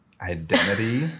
identity